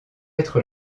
être